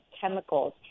chemicals